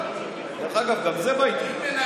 דרך אגב, גם זה בעיתון.